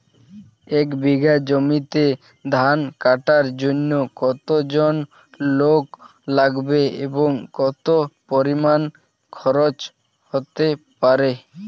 এক বিঘা জমিতে ধান কাটার জন্য কতজন লোক লাগবে এবং কত পরিমান খরচ হতে পারে?